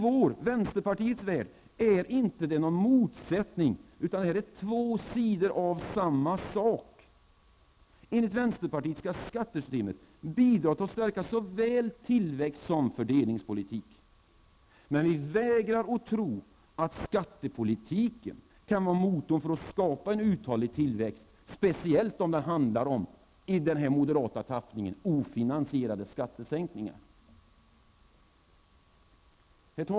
I vänsterpartiets värld är detta inte någon motsättning utan två sidor av samma sak. Enligt vänsterpartiets mening skall skattesystemet bidra till att stärka såväl tillväxten som fördelningspolitiken. Men vi vägrar att tro att skattepolitiken kan vara motorn för att skapa en uthållig tillväxt, speciellt om det handlar om, som i den moderata tappningen, ofinansierade skattesänkningar.